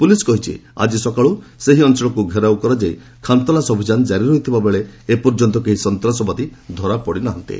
police କହିଛି ଆଜି ସକାଳୁ ସେହି ଅଞ୍ଚଳକୁ ଘେରାଉ କରାଯାଇ ଖାନତଲାସ ଅଭିଯାନ ଜାରି ରହିଥିବାବେଳେ ଏପର୍ଯ୍ୟନ୍ତ କେହି ସନ୍ତ୍ରାସବାଦୀ ଧରାପଡ଼ି ନାହାନ୍ତି